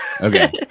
Okay